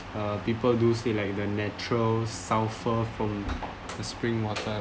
uh people do say like the natural sulphur from the spring water